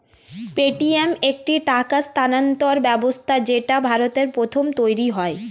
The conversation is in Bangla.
পেটিএম একটি টাকা স্থানান্তর ব্যবস্থা যেটা ভারতে প্রথম তৈরী হয়